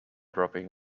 dropping